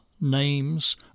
names